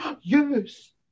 Yes